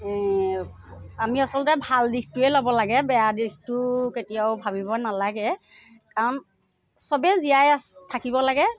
আমি আচলতে ভাল দিশটোৱে ল'ব লাগে বেয়া দিশটো কেতিয়াও ভাবিব নালাগে কাৰণ সবেই জীয়াই আছে থাকিব লাগে